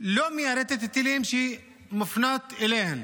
לא מיירטת טילים שמופנים אליהם.